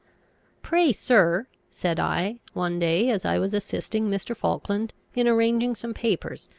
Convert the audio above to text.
pray, sir, said i, one day as i was assisting mr. falkland in arranging some papers,